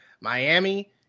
Miami